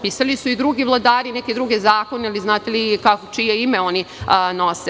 Pisali su i drugi vladari neke druge zakone, ali znate li čije ime oni nose?